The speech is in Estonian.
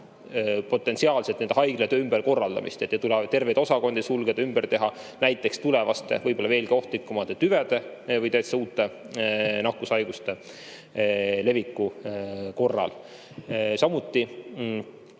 potentsiaalselt nende haiglate ümberkorraldamist, et ei tuleks terveid osakondi sulgeda, ümber teha, näiteks tulevaste, võib-olla veelgi ohtlikumate tüvede või täitsa uute nakkushaiguste leviku korral. Samuti,